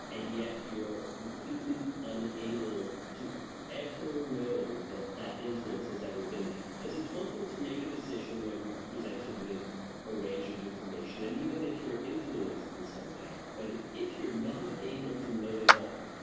and yet you're completely unable to ever know that that influence has ever been there. because it's one thing to make a decision when presented with a range of information, and even if you're influenced in some way. but if you're not able to know at all,